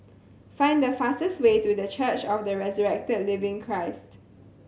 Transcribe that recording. find the fastest way to The Church of the Resurrected Living Christ